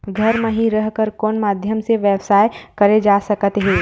घर म हि रह कर कोन माध्यम से व्यवसाय करे जा सकत हे?